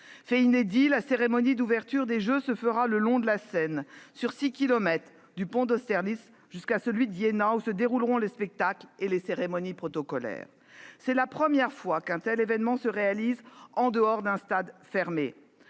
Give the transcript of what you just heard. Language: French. Fait inédit, la cérémonie d'ouverture prendra place le long de la Seine, sur six kilomètres, du pont d'Austerlitz au pont d'Iéna, où se dérouleront les spectacles et les cérémonies protocolaires. Ce sera la première fois qu'un tel événement se tient en dehors d'un stade fermé.